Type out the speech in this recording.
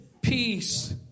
peace